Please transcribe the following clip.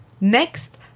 Next